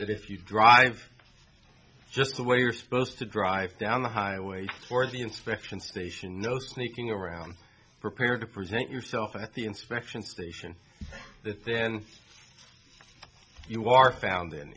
that if you drive just the way you're supposed to drive down the highway for the inspection station no sneaking around preparing to present yourself at the inspection station that then you are found